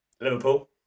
Liverpool